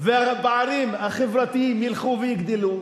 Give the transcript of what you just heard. הפערים החברתיים ילכו ויגדלו,